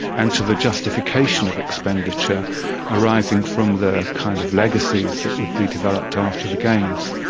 and to the justification of expenditure arising from the kind of legacies that would be developed after the games.